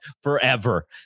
forever